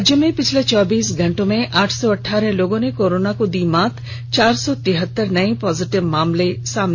राज्य में पिछले चौबीस घंटे में आठ सौ अठारह लोगों ने कोरोना को दी मात चार सौ तिरहतर नए पॉजिटिव मामले आए सामने